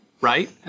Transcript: right